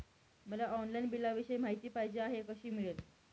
मला ऑनलाईन बिलाविषयी माहिती पाहिजे आहे, कशी मिळेल?